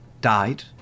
died